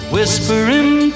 Whispering